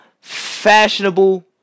fashionable